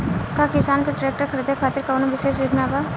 का किसान के ट्रैक्टर खरीदें खातिर कउनों विशेष योजना बा?